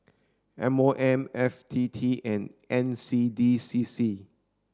M O M F T T and N C D C C